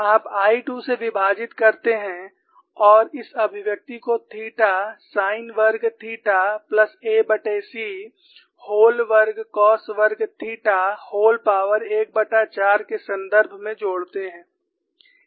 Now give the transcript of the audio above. आप I 2 से विभाजित करते हैं और इस अभिव्यक्ति को थीटा साइन वर्ग थीटा प्लस ac व्होल वर्ग कोस वर्ग theta व्होल पॉवर 14 के संदर्भ में जोड़ते हैं